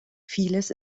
vieles